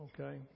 okay